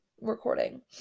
recording